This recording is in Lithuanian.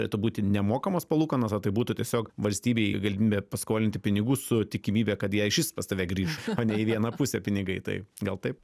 turėtų būti nemokamos palūkanos ar tai būtų tiesiog valstybei galimybė paskolinti pinigų su tikimybe kad jie išvis pas tave grįš o ne į vieną pusę pinigai tai gal taip